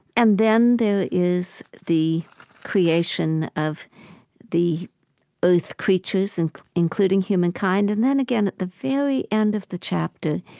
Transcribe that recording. and then there is the creation of the earth creatures, and including humankind. and then again at the very end of the chapter,